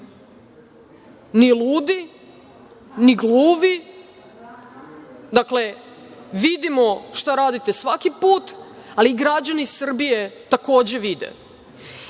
ni ludi, ni gluvi, dakle, vidimo šta radite svaki put, ali građani Srbije takođe vide